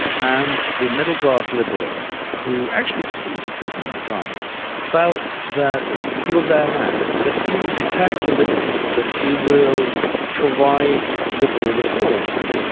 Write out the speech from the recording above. and the middle-class liberals who actually supported putin at the time felt that he was their man, that he will protect the liberties, that he will provide liberal reforms,